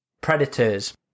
Predators